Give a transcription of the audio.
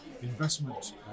investment